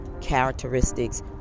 characteristics